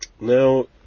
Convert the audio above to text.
Now